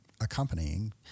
accompanying